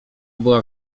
była